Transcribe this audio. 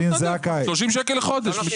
30 שקלים לחודש.